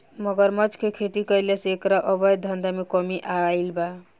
मगरमच्छ के खेती कईला से एकरा अवैध धंधा में कमी आईल बा